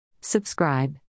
Subscribe